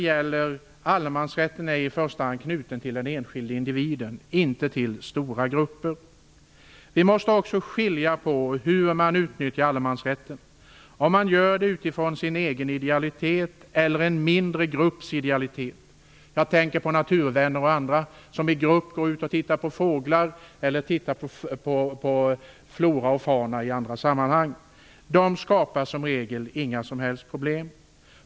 Allemansrätten är i första hand knuten till den enskilde individen, inte till stora grupper. Vi måste också beakta hur allemansrätten utnyttjas. Man kan utnyttja allemansrätten utifrån sin egen idealitet eller en mindre grupps idealitet. Jag tänker på naturvänner och andra, som i grupp går ut och tittar på fåglar eller på flora och fauna i andra sammanhang. De skapar som regel inga som helst problem.